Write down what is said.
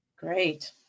Great